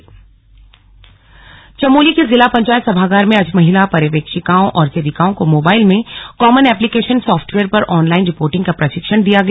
slug common application software Chamoli के जिला पंचायत सभागार में आज महिला पर्यवेक्षिकाओं और सेविकाओं को मोबाइल में कॉमन एप्लीकेशन सॉफ्टवेयर पर ऑनलाइन रिपोर्टिंग का प्रशिक्षण दिया गया